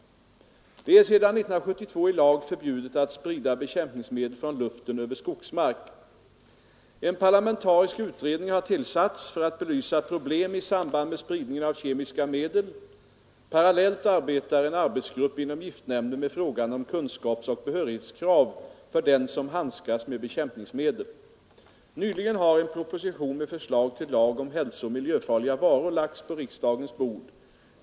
Det är sedan 1972 i lag förbjudet att sprida bekämpningsmedel från luften över skogsmark. En parlamentarisk utredning har tillsatts för att belysa problem i samband med spridningen av kemiska medel. Parallellt arbetar en arbetsgrupp inom giftnämnden med frågan om kunskapsoch behörighetskrav för den som handskas med bekämpningsmedel. Nyligen har en proposition med förslag till lag om hälsooch miljöfarliga varor lagts på riksdagens bord.